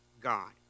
God